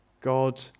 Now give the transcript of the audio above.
God